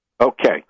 Okay